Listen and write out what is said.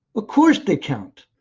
of course they count.